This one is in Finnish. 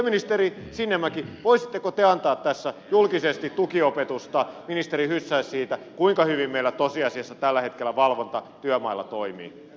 työministeri sinnemäki voisitteko te antaa tässä julkisesti tukiopetusta ministeri hyssälälle siitä kuinka hyvin meillä tosiasiassa tällä hetkellä valvonta työmailla toimii